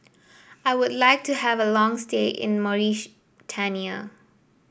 I would like to have a long stay in Mauritania